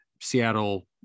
Seattle